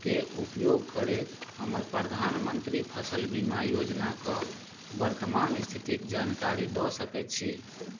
के उपयोग करैत हमर प्रधानमन्त्री फसल बीमा योजनाके वर्तमान स्थितिक जानकारी दऽ सकय छी